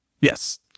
Yes